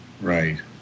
Right